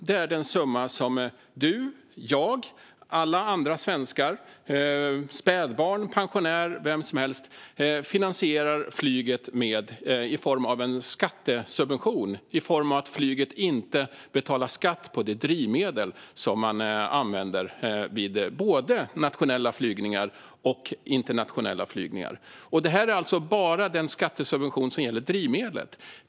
Det är den summa som finansministern, jag och alla andra svenskar - spädbarn, pensionärer, vem som helst - finansierar flyget med i form av en skattesubvention som innebär att flyget inte betalar skatt på det drivmedel som används vid såväl nationella som internationella flygningar. Och det här är bara den skattesubvention som gäller drivmedlet.